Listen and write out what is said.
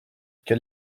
quel